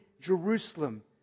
Jerusalem